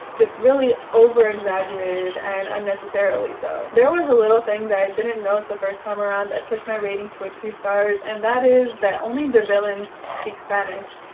just really over exaggerated and unnecessarily so. there was a little thing that i didn't notice the first time around that pushed my rating to a two stars, and that is that only the villains speak spanish.